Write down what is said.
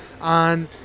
on